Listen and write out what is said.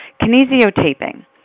kinesiotaping